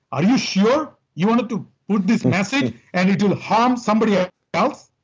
are you sure you want to to put this message and it will harm somebody ah else?